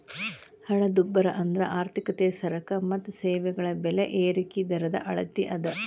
ಹಣದುಬ್ಬರ ಅಂದ್ರ ಆರ್ಥಿಕತೆಯ ಸರಕ ಮತ್ತ ಸೇವೆಗಳ ಬೆಲೆ ಏರಿಕಿ ದರದ ಅಳತಿ ಅದ